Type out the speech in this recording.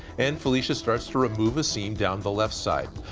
and felicia starts to remove a seam down the left side.